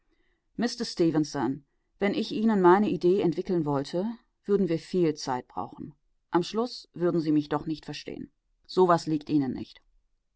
stefenson wenn ich ihnen meine idee entwickeln wollte würden wir viel zeit brauchen am schluß würden sie mich doch nicht verstehen so was liegt ihnen nicht